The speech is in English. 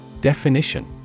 Definition